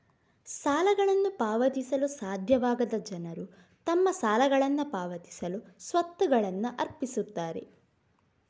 ಸಾಲಗಳನ್ನು ಪಾವತಿಸಲು ಸಾಧ್ಯವಾಗದ ಜನರು ತಮ್ಮ ಸಾಲಗಳನ್ನ ಪಾವತಿಸಲು ಸ್ವತ್ತುಗಳನ್ನ ಅರ್ಪಿಸುತ್ತಾರೆ